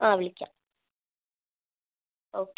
ആ വിളിക്കാം ഓക്കെ